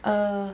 err